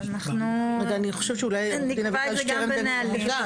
אנחנו נקבע את זה גם בנהלים,